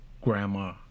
grandma